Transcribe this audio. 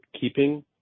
keeping